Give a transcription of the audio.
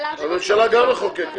הממשלה גם מחוקקת.